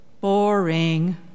Boring